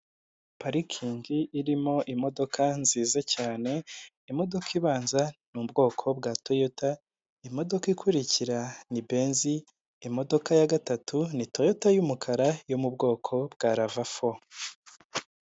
Parikingi irimo imodoka nziza cyane imodoka ibanza ni ubwoko toyota imodoka ikurikira ni benzi, imodoka ya gatatu ni toyota y'umukara yo mu bwoko bwa rava fo.